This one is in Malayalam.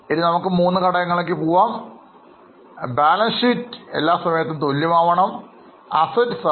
ഇനി നമുക്ക് മൂന്നു ഘടകങ്ങളിലേക്ക് പോകാം പോകാം ഇപ്പോൾ നിങ്ങൾക്ക് അറിയാവുന്നതുപോലെ ബാലൻസ് ഷീറ്റ് എല്ലായിപ്പോഴും തുല്യം ആവേണ്ടതാണ്